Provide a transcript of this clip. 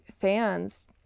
fans